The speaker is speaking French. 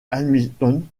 hamilton